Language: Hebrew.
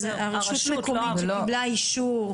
אז הרשות המקומית שקיבלה אישור